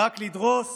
רק לדרוס